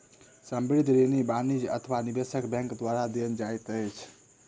संबंद्ध ऋण वाणिज्य अथवा निवेशक बैंक द्वारा देल जाइत अछि